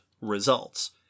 results